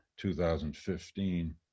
2015